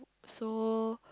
so